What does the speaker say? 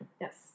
Yes